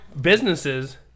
businesses